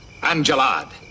Angelad